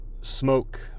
smoke